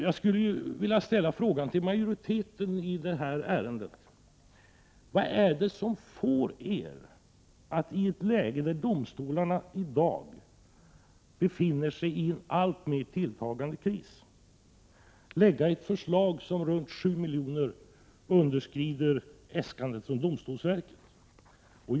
Jag skulle vilja ställa följande fråga till majoriteten i det här ärendet: Vad är det som får er att i ett läge, där domstolarna i dag befinner sig i en alltmer tilltagande kris, lägga fram ett förslag som med runt 7 milj.kr. underskrider äskandet från domstolsverket? Herr talman!